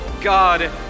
god